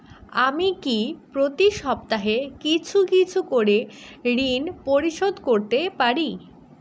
আমি কি প্রতি সপ্তাহে কিছু কিছু করে ঋন পরিশোধ করতে পারি?